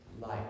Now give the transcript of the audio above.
life